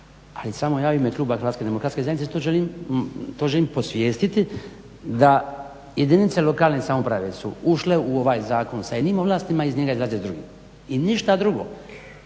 ali samo ja u ime kluba HDZ-a isto želim posvjestiti da jedinice lokalne samouprave su ušle u ovaj zakon sa jednim ovlastima, a iz njega izlaze s drugim. I ništa drugo.